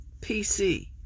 PC